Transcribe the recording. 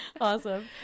Awesome